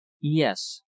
yes